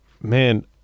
man